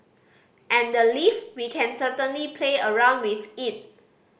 and the leave we can certainly play around with it